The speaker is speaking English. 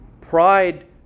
Pride